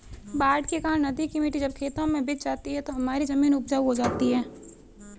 बाढ़ के कारण नदी की मिट्टी जब खेतों में बिछ जाती है तो हमारी जमीन उपजाऊ हो जाती है